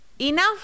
Enough